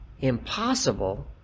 impossible